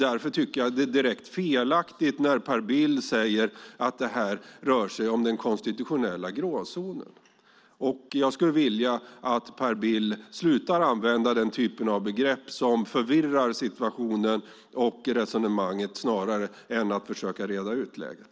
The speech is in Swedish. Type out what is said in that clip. Därför tycker jag att det är direkt felaktigt när Per Bill säger att detta rör sig om den konstitutionella gråzonen. Jag skulle vilja att Per Bill slutar använda den typ av begrepp som förvirrar situationen och resonemanget snarare än att försöka reda ut läget.